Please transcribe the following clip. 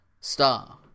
star